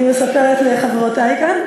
אני מספרת לחברותי כאן.